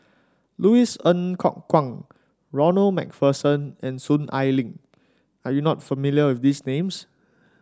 Louis Ng Kok Kwang Ronald MacPherson and Soon Ai Ling are you not familiar with these names